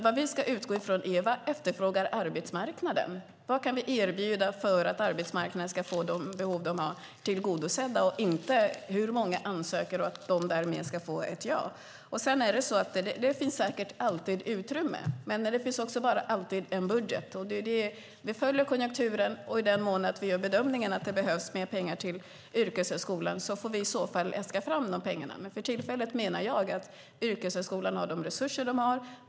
Vad vi ska utgå från är: Vad efterfrågar arbetsmarknaden? Vad kan vi erbjuda för att arbetsmarknaden ska få de behov den har tillgodosedda? Det handlar inte om hur många som ansöker och att de därmed ska få ett ja. Det finns säkert alltid utrymme. Men det finns också alltid en budget. Vi följer konjunkturen. I den mån vi gör bedömningen att det behövs mer pengar till yrkeshögskolan får vi i så fall äska fram de pengarna. För tillfället menar jag att yrkeshögskolan har de resurser den har.